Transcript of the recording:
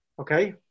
Okay